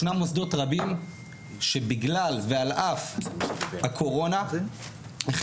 ישנם מוסדות רבים שבגלל ועל אף הקורונה החליטו